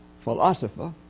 philosopher